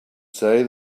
say